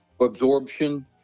absorption